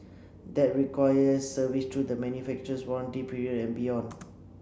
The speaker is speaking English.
that requires service through the manufacturer's warranty period and beyond